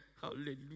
Hallelujah